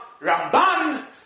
Ramban